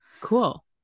cool